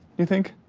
you think?